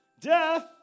Death